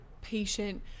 patient